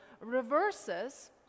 reverses